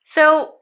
So-